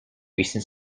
recent